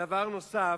דבר נוסף,